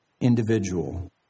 individual